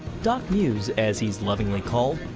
doc muse, as he is lovingly called,